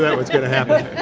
that was going to happen.